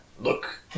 Look